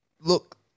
look